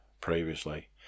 previously